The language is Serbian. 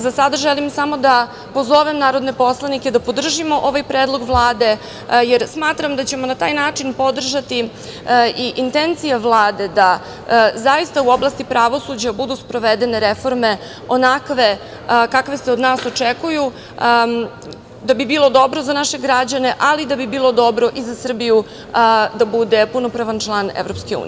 Za sada želim samo da pozovem narodne poslanike da podržimo ovaj predlog Vlade, jer smatram da ćemo na taj način podržati i intencije Vlade da zaista u oblasti pravosuđa budu sprovedene reforme onakve kakve se od nas očekuju da bi bilo dobro za naše građane, ali da bi bilo dobro i za Srbiju da bude punopravan član EU.